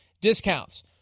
discounts